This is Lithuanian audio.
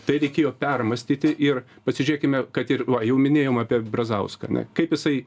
tai reikėjo permąstyti ir pasižiūrėkime kad ir va jau minėjom apie brazauską ane kaip jisai